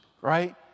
right